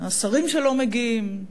השרים שלא מגיעים,